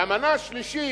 והמנה השלישית,